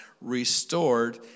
Restored